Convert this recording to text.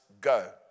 go